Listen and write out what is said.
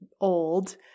old